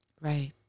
Right